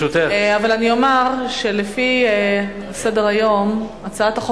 אני אומר שלפי סדר-היום הצעת החוק